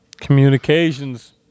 communications